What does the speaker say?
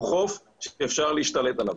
הוא חוף שאפשר להשתלט עליו,